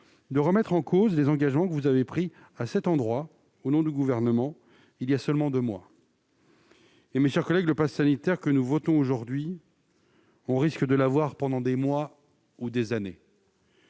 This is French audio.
de remettre en cause les engagements que vous avez pris ici même, au nom du Gouvernement, il y a seulement deux mois. Mes chers collègues, le passe sanitaire que nous votons aujourd'hui, nous risquons de l'avoir pendant des mois ou des années.